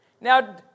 Now